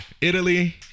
Italy